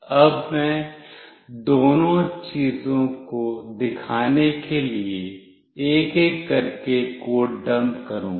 अब मैं दोनों चीजों को दिखाने के लिए एक एक करके कोड डंप करूंगा